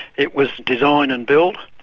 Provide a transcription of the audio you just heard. it was design and build,